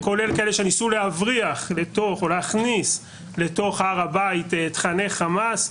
כולל כאלה שניסו להבריח או להכניס לתוך הר הבית תכני חמאס.